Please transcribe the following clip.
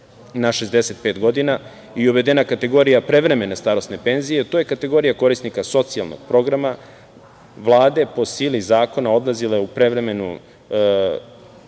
65 godina i uvedena kategorija prevremene starosne penzije, to je kategorija korisnika socijalnog programa Vlade po sili zakona odlazili u prevremenu